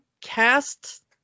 cast